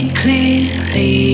clearly